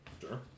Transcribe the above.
Sure